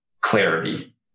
clarity